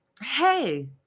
hey